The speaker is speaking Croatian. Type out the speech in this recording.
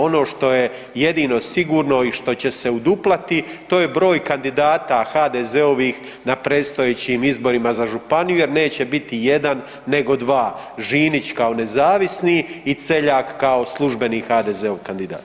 Ono što je jedino sigurno i što će se uduplati to je broj kandidata HDZ-ovih na predstojećim izborima za županiju jer neće biti jedan nego dva, Žinić kao nezavisni i Celjak kao službeni HDZ-ov kandidat.